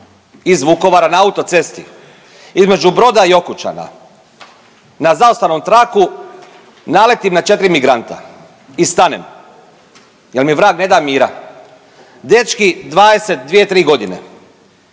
iz Vukovara na autocesti između Broda i Okučana na zaustavnom traku naletim na 4 migranta i stanem jer mi vrag ne da mira. Dečki 22, 3 godine.